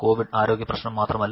Covid ആരോഗ്യ പ്രശ്നം മാത്രമല്ല